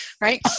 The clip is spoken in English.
Right